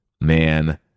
man